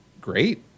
Great